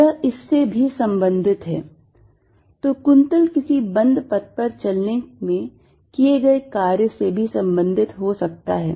यह इससे भी संबंधित है तो कुंतल किसी बंद पथ पर चलने में किए गए कार्य से भी संबंधित हो सकता है